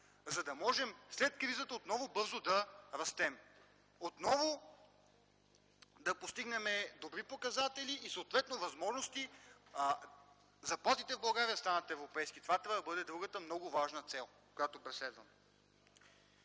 за да можем след кризата отново бързо да растем, отново да постигнем добри показатели и съответно възможности заплатите в България да станат европейски – това трябва да бъде другата много важна цел, която да преследваме.